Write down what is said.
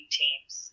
teams